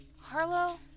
Harlow